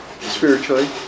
spiritually